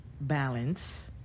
balance